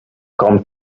come